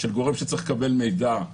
של גורם שצריך לקבל מידע,